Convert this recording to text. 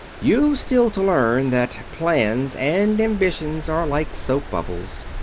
you've still to learn that plans and ambitions are like soap bubbles.